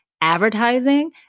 advertising